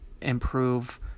improve